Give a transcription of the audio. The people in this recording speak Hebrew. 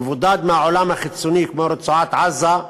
מבודד מהעולם החיצוני, כמו רצועת-עזה,